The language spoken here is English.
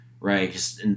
Right